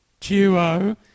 duo